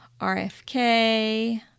RFK